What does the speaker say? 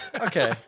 Okay